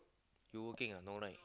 you working ah no right